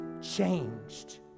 changed